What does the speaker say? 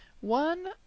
One